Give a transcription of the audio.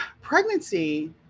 pregnancy